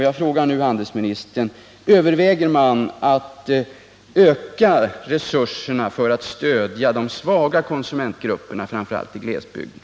Jag frågar handelsministern: Överväger regeringen att öka resurserna för att stödja de svaga konsumentgrupperna, framför allt i glesbygderna?